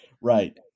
Right